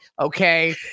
Okay